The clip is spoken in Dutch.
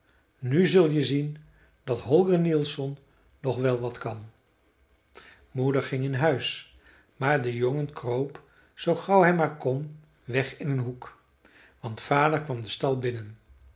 nu zul je zien dat holger nielsson nog wel wat kan moeder ging in huis maar de jongen kroop zoo gauw hij maar kon weg in een hoek want vader kwam den stal binnen